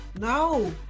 no